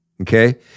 okay